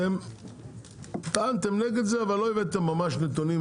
אתם טענתם נגד זה אבל לא הבאתם ממש נתונים.